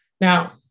Now